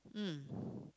mm